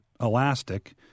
elastic